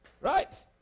Right